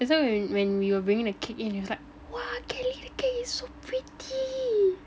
that's why when we were bringing the cake in it's like !wah! Kelly the cake is so pretty